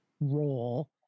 role